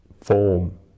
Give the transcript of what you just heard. form